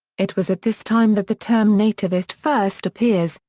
it was at this time that the term nativist first appears,